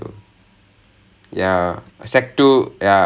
அப்படியா அந்த பக்கமே போகலை:appadiyaa antha pakkame pokalai